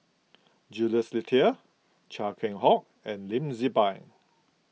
Jules Itier Chia Keng Hock and Lim Tze Peng